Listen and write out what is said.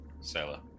sailor